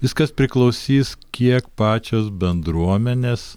viskas priklausys kiek pačios bendruomenės